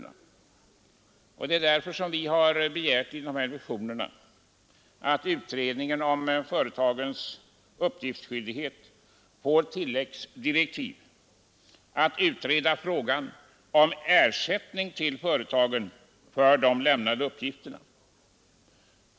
Detta är anledningen till att vi i reservationen har begärt att utredningen om företagens uppgiftsplikt får tilläggsdirektiv för att utreda frågan om ersättning till företagen för de lämnade uppgifterna.